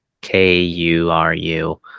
K-U-R-U